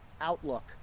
outlook